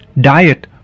diet